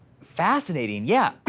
fascinating, yeah.